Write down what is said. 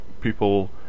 people